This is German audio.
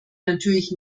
natürlich